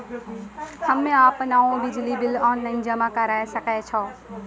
हम्मे आपनौ बिजली बिल ऑनलाइन जमा करै सकै छौ?